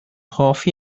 hoff